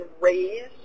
raised